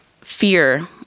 fear